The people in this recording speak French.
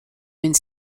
une